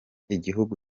igihugu